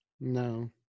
No